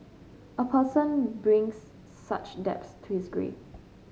a person brings such debts to his grave